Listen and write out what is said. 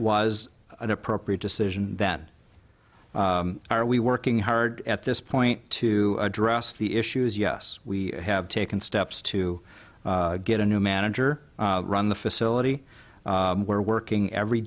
was an appropriate decision that are we working hard at this point to address the issues yes we have taken steps to get a new manager run the facility we're working every